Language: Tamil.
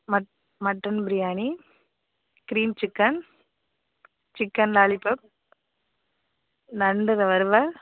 mutton biryani grill chicken chicken lollipop நண்டு வறுவல்